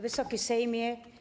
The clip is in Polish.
Wysoki Sejmie!